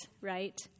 right